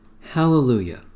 Hallelujah